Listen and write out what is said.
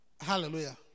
Hallelujah